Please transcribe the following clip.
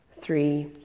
three